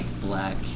Black